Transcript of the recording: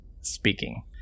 speaking